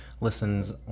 listens